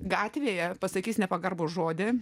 gatvėje pasakys nepagarbų žodį